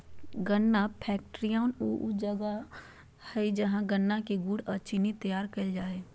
गन्ना फैक्ट्रियान ऊ जगह हइ जहां गन्ना से गुड़ अ चीनी तैयार कईल जा हइ